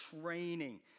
training